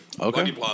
Okay